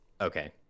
okay